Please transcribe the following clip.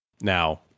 Now